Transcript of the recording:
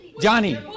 Johnny